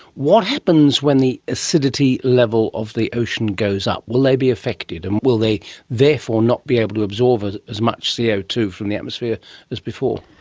what happens when the acidity level of the ocean goes up? will they be affected, and will they therefore not be able to absorb as as much c o two from the atmosphere as before?